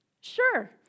Sure